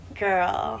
girl